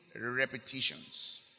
repetitions